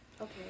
okay